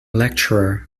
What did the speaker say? lecturer